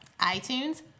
iTunes